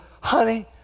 honey